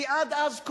כי עד אז,